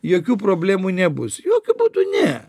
jokių problemų nebus jokiu būdu ne